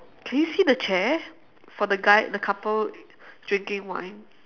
can you see the chair for the guy the couple drinking wine